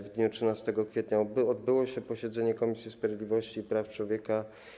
W dniu 13 kwietnia odbyło się posiedzenie Komisji Sprawiedliwości i Praw Człowieka.